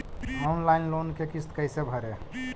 Online loan के किस्त कैसे भरे?